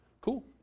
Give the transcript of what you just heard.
Cool